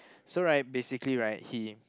so right basically right he